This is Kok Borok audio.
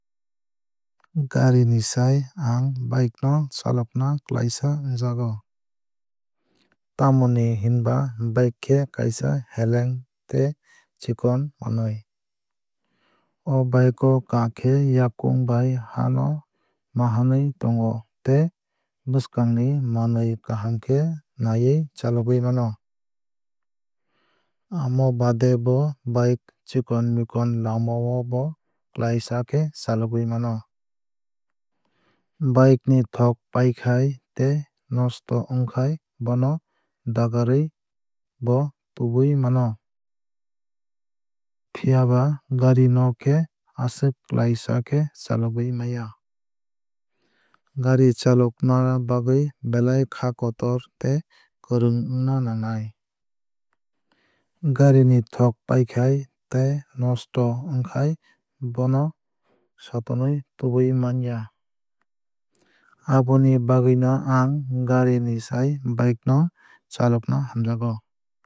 Gari ni sai ang bike no chalokna klaisa wngjago. Tamoni hinba bike khe kaisa heleng tei chikon manwui. O bike o kakhe yakung bai ha no mahainwui tongo tei bwswkang ni manwui kaham khe naiwui chalogwui mano. Amo baade bo bike chikon mikon lama o bo klaisa khe chalogwui mano. Bike ni thok paikhai tei nosto wngkhai bono dagarwui bo tubui mano. Phiaba gari no khe aswk klaisa khe chalogwui manya. Gari chlokna bagwui belai kha kotor tei kwrwng wngna nangnai. Gari ni thok paikhai tei nosto wngkhai bo sotonwui tubuwui manya. Aboni bagwui no ang gari ni sai bike no chalokna hamjago.